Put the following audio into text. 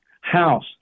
House